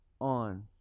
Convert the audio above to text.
on